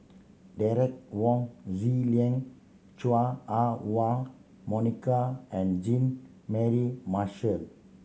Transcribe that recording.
Derek Wong Zi Liang Chua Ah Huwa Monica and Jean Mary Marshall